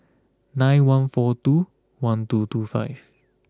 nine one four two one two two five